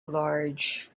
large